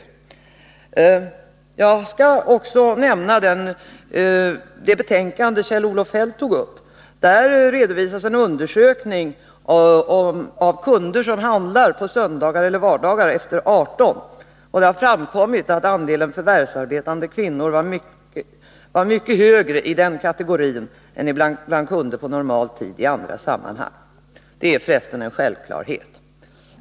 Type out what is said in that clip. Kjell-Olof Feldt tog upp betänkandet Affärstiderna från affärstidskommittén. I det betänkandet redovisas en undersökning av kunder som handlar på söndagar eller efter kl. 18 på vardagar. Andelen förvärvsarbetande kvinnor var mycket högre i den kategorin än bland kunder som handlar på normal tid i andra sammanhang. Det är för resten en självklarhet.